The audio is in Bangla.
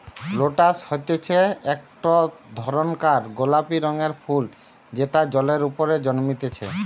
লোটাস হতিছে একটো ধরণকার গোলাপি রঙের ফুল যেটা জলের ওপরে জন্মতিচ্ছে